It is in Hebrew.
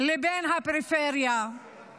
לבין הפריפריה בשירותים שניתנים.